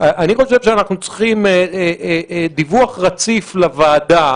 אני חושב שאנחנו צריכים דיווח רציף לוועדה,